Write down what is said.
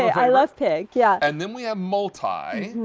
i love pink. yeah and then we have multi.